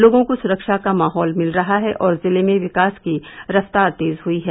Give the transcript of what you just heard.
लोगों को सुरक्षा का माहौल मिल रहा है और जिले में विकास की रफ्तार तेज हई है